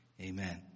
amen